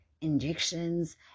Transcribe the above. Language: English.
injections